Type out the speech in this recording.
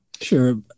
sure